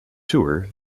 tour